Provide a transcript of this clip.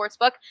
Sportsbook